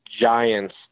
giants